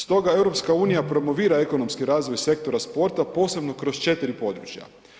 Stoga EU promovira ekonomski razvoj sektora sporta posebno kroz 4 područja.